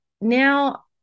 now